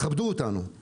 תכבדו אותנו.